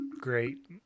Great